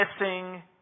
missing